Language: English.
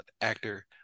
actor